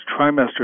trimester